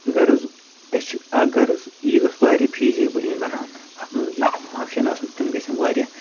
غَرٕض اَسہِ چھِ اکھ غرٕض یہِ گٔژھ واریاہ فیٖزیبٕل یِنۍ بَناونہٕ اَتھ منٛز یِم فنٛگشَن آسان تِم گَژھن واریاہ